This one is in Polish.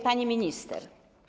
Pani Minister!